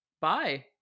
bye